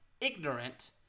ignorant –